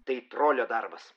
tai trolio darbas